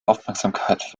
aufmerksamkeit